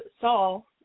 Saul